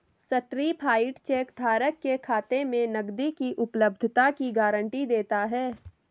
certified cheque धारक के खाते में नकदी की उपलब्धता की गारंटी देता है